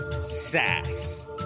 sass